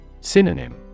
Synonym